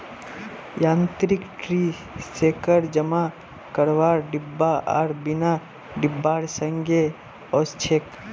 यांत्रिक tree shaker जमा रखवार डिब्बा आर बिना डिब्बार संगे ओसछेक